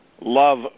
love